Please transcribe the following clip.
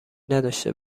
نداشته